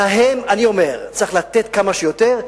להם, אני אומר, צריך לתת כמה שיותר,